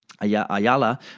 Ayala